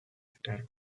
entire